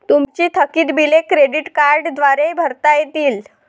तुमची थकीत बिले क्रेडिट कार्डद्वारे भरता येतील